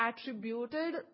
attributed